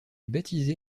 baptisé